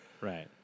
Right